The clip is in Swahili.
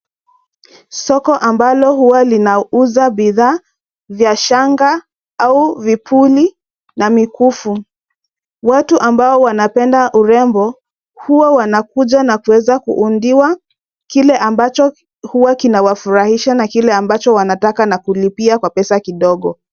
Soko ambalo huwa linauza bidhaa vya shanga au vipuli na mikufu. Watu ambao wanapenda urembo, huwa wanakuja na kuweza kuundiwa kile ambacho huwa kinawafurahisha na kile ambacho wanataka na kulipia kwa pesa kidogo.